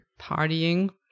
Partying